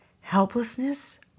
helplessness